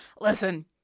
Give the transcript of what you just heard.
Listen